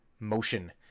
motion